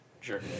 Sure